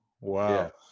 wow